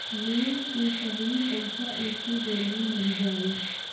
Loan के सगरी पइसा एके बेर में मिल जाई?